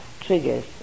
triggers